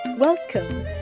Welcome